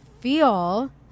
feel